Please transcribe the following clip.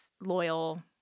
loyal